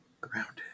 Grounded